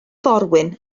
forwyn